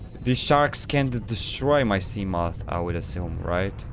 these sharks can't destroy my sea moth i would assume right?